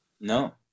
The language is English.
No